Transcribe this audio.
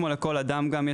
כמו לכל אדם גם,